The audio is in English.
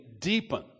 deepen